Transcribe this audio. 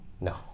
No